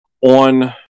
on